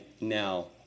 now